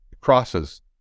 crosses